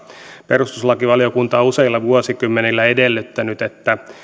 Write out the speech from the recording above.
perustuslakivaliokunta on useilla vuosikymmenillä edellyttänyt että